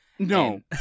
No